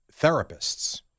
therapists